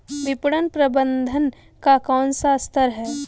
विपणन प्रबंधन का कौन सा स्तर है?